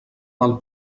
del